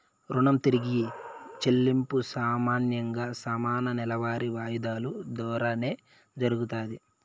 రుణం తిరిగి చెల్లింపు సామాన్యంగా సమాన నెలవారీ వాయిదాలు దోరానే జరగతాది